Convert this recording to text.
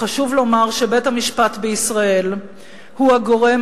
חשוב לומר שבית-המשפט בישראל הוא הגורם